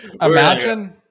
Imagine